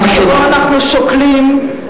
"לא חשבנו שנגיע למצב שבו אנחנו שוקלים אם